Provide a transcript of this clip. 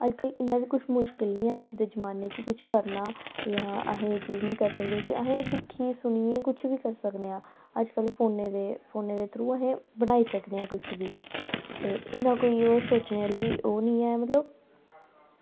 ते अज्जकल इंया बी किश मुश्कल निं ऐ अज्जकल दे जमानै च किश करना जां अस एह् चीज़ निं करी सकदे अस एह् चीज़ सुनियै कुछ बी करी सकने आं ते अज्जकल फोनै च बी बनाई सकनेआं कुछ बी ते इन्ना कोई ओह् सोचने आह्ली ओह् निं ऐ मतलब